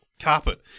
Carpet